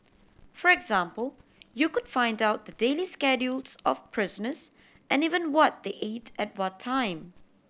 for example you could find out the daily schedules of prisoners and even what they ate at what time